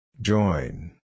Join